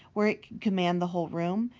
where it could command the whole room,